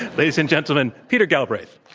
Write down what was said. ladies and gentlemen, peter galbraith.